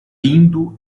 lindo